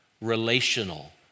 relational